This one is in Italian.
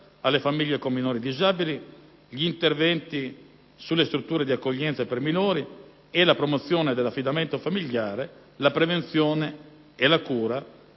alle famiglie con minori disabili, gli interventi sulle strutture di accoglienza per minori e la promozione dell'affidamento familiare, la prevenzione e la cura